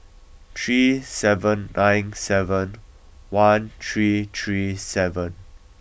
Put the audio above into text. three seven nine seven one three three seven